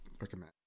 recommend